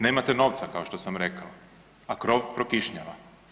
Nemate novaca kao što sam rekao, a krov prokišnjava.